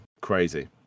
crazy